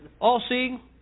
All-seeing